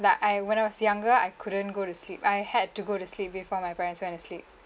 like I when I was younger I couldn't go to sleep I had to go to sleep before my parents went to sleep